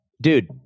dude